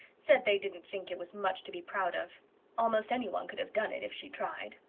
said they didn't think it was much to be proud of almost any one could have done it, if she tried.